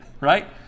right